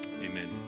amen